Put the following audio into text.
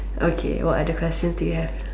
okay what other questions do you have